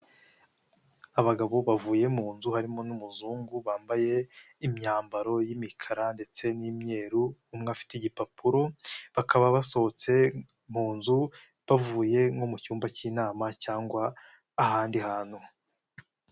Abagabo bavuye mu nzu harimo n'umuzungu bambaye imyambaro y'imikara ndetse n'imweruru umwe afite igipapuro bakaba basohotse mu nzu bavuye nko mu cyumba cy'inama, cyangwa ahandi hantu.